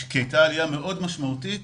הייתה עלייה משמעותית